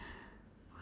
what